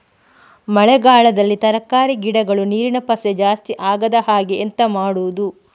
ಮಳೆಗಾಲದಲ್ಲಿ ತರಕಾರಿ ಗಿಡಗಳು ನೀರಿನ ಪಸೆ ಜಾಸ್ತಿ ಆಗದಹಾಗೆ ಎಂತ ಮಾಡುದು?